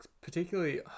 Particularly